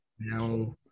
now